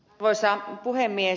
arvoisa puhemies